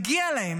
מגיע להם